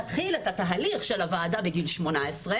תתחיל את התהליך של הוועדה בגיל 18,